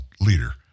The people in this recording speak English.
leader